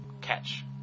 Catch